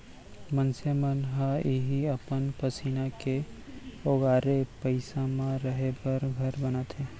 मनसे मन ह इहीं अपन पसीना के ओगारे पइसा म रहें बर घर बनाथे